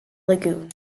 lagoon